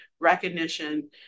recognition